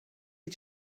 you